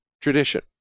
tradition